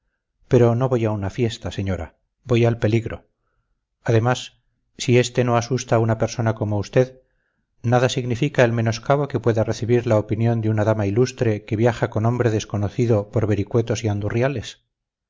pero no voy a una fiesta señora voy al peligro además si este no asusta a una persona como usted nada significa el menoscabo que pueda recibir la opinión de una dama ilustre que viaja con hombre desconocido por vericuetos y